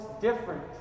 different